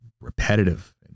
repetitive